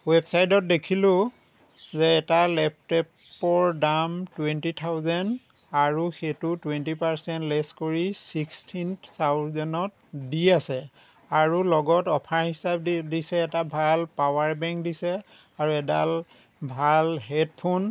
ৱেবচাইটত দেখিলোঁ যে এটা লেপটপৰ দাম টুৱেণ্টি থাউচেণ্ড আৰু সেইটো টুৱেনটি পাৰ্চেণ্ট লেচ কৰি চিক্সটিন থাউচেণ্ডত দি আছে আৰু লগত অফাৰ হিচাপে দিছে এটা ভাল পাৱাৰ বেংক দিছে আৰু এডাল ভাল হেডফোন